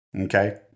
Okay